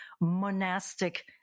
monastic